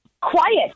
quiet